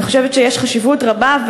אני חושבת שיש חשיבות רבה,